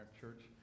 church